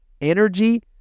energy